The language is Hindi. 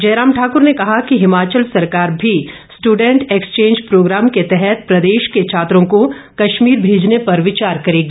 जयराम ठाकुर ने कहा कि हिमाचल सरकार भी स्ट्डेंट एक्सचेंज प्रोग्राम के तहत प्रदेश के छात्रों को कश्मीर भेजने पर विचार करेगी